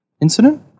incident